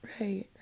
Right